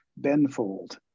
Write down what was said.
Benfold